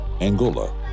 Angola